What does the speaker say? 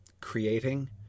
creating